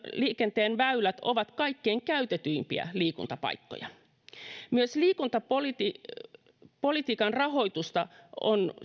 liikenteen väylät ovat kaikkein käytetyimpiä liikuntapaikkoja myös liikuntapolitiikan rahoitusta on